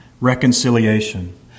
reconciliation